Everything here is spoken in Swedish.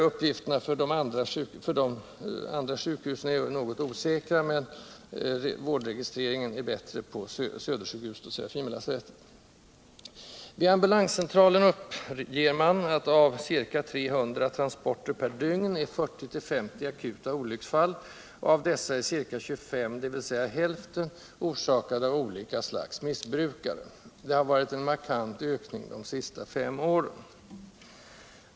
Uppgifterna är osäkra på grund av bristande vårduppgifter utom vid SÖS och Serafimerlasarettet. Vid ambulanscentralen uppger man att av ca 300 transporter per dygn är 40-50 akuta olycksfall; av dessa gäller ca 25 — dvs. hälften — olika slags missbrukare. Det har varit en markant ökning de sista fem åren.